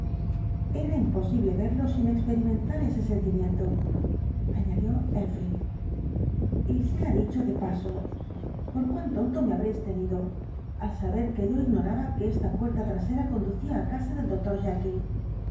era imposible verlo sin experimentar ese sentimiento añadió enfield y sea dicho de paso por cuan tonto me habréis tenido al saber que yo ignoraba que esta puerta trasera conducía á casa del doctor